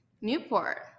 Newport